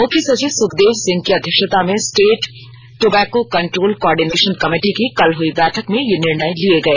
मुख्य सचिव सुखदेव सिंह की अध्यक्षता में state tobacco control coordination committee की कल हुई बैठक में ये निर्णय लिये गए